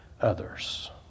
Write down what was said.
others